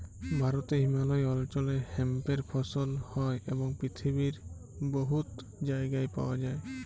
ভারতে হিমালয় অল্চলে হেম্পের ফসল হ্যয় এবং পিথিবীর বহুত জায়গায় পাউয়া যায়